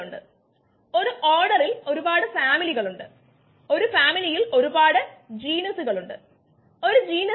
നമുക്ക് ഈ പ്രഭാഷണം എൻസൈമുകളെ കുറിച്ചു പറഞ്ഞുകൊണ്ട് ആരംഭിക്കാം